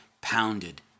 pounded